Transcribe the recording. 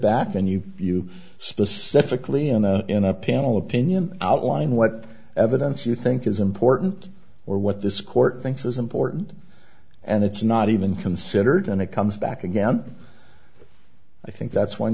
back and you you specifically in a in a panel opinion outline what evidence you think is important or what this court thinks is important and it's not even considered and it comes back again i think that's when